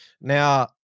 now